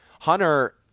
Hunter